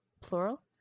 plural